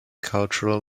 cultural